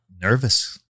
Nervous